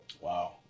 wow